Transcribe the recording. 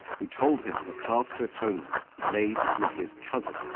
who told him the path to atonement lay with his cousin,